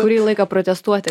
kurį laiką protestuoti